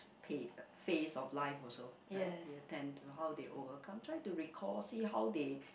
pain face of life also right you intend to how they overcome try to recall see how they